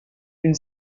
une